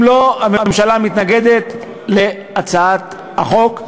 אם לא, הממשלה מתנגדת להצעת החוק.